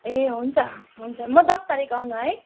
ए हुन्छ हुन्छ म दस तारिक आउनु है